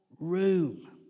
room